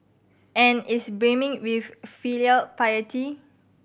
and is brimming with filial piety